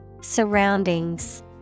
Surroundings